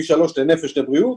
ופי שלוש לנפש לבריאות,